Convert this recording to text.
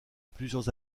plusieurs